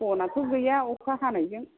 बनआथ' गैया अखा हानायजों